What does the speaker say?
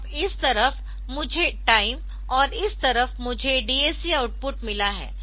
अब इस तरफ मुझे टाइम और इस तरफ मुझे DAC आउटपुट मिला है